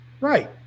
right